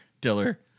Diller